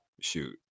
shoot